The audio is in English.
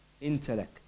Intellect